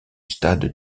stade